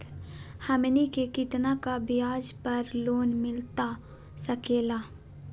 हमनी के कितना का ब्याज पर लोन मिलता सकेला?